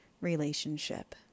relationship